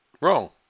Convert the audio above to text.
Wrong